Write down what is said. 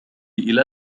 إلى